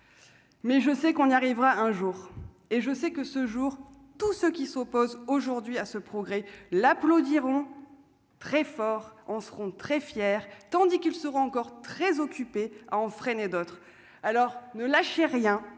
mais je sais qu'on y arrivera un jour et je sais que ce jour tous ceux qui s'opposent aujourd'hui à ce progrès l'applaudiront très fort en seront très tandis qu'ils seront encore très occupé ahan freiner d'autres alors ne lâchez rien,